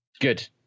Good